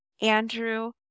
andrew